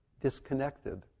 disconnected